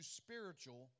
spiritual